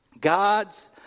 God's